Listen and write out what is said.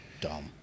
Dumb